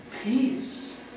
peace